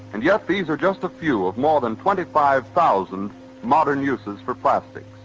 and yes, these are just a few of more than twenty five thousand modern uses for plastics.